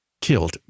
killed